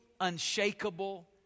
unshakable